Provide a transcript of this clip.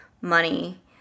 money